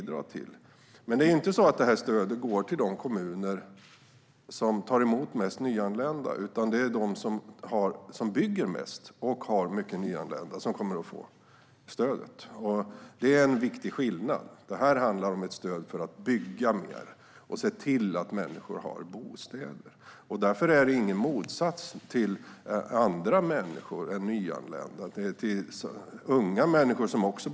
Det är dock inte så att stödet går till de kommuner som tar emot mest nyanlända, utan det är de som bygger mest och har många nyanlända som kommer att få stödet. Det är en viktig skillnad. Det här handlar om ett stöd för att bygga mer och se till att människor har bostäder. Därför står det inte i motsats till vad som gäller andra människor än nyanlända.